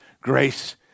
grace